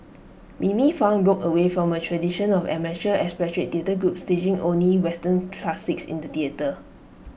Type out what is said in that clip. Mimi fan broke away from A tradition of amateur expatriate theatre groups staging only western classics in the theatre